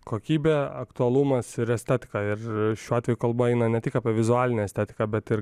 kokybė aktualumas ir estetika ir šiuo atveju kalba eina ne tik apie vizualinę estetiką bet ir